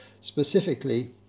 specifically